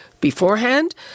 beforehand